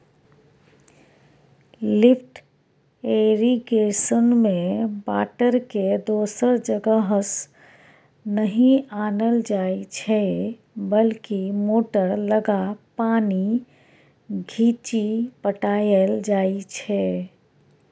lift इरिगेशनमे बाटरकेँ दोसर जगहसँ नहि आनल जाइ छै बल्कि मोटर लगा पानि घीचि पटाएल जाइ छै